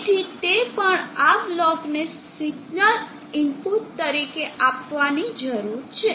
તેથી તે પણ આ બ્લોકને સિગ્નલ ઇનપુટ તરીકે આપવાની જરૂર છે